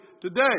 today